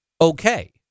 okay